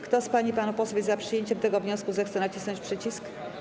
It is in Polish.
Kto z pań i panów posłów jest za przyjęciem tego wniosku, zechce nacisnąć przycisk?